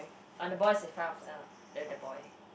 ah the boy's in front of the the the boy